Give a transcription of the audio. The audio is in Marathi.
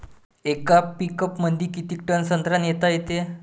येका पिकअपमंदी किती टन संत्रा नेता येते?